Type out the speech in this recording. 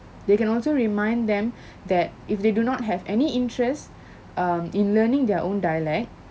they can also remind them that if they do not have any interest um in learning their own dialect